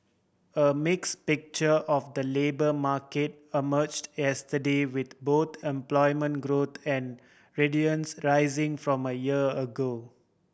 a mix picture of the labour market emerged yesterday with both employment growth and rising from a year ago